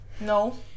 no